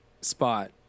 spot